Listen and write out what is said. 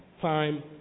time